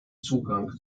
zugang